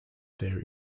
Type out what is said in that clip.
their